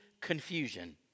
confusion